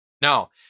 Now